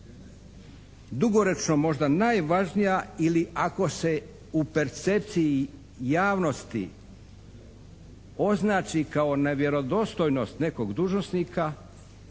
dugoročno možda najvažnija, ili ako se u percepciji javnosti označi kao nevjerodostojnost nekog dužnosnika